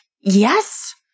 yes